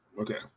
Okay